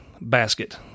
basket